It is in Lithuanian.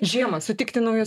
žiemą sutikti naujus